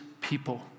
people